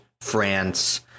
france